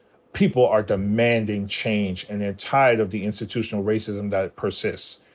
people are demanding change and they're tired of the institutional racism that persists.